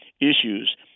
issues